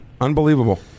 Unbelievable